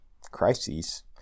crises